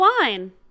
wine